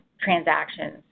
transactions